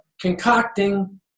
concocting